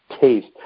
taste